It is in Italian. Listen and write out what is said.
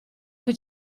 che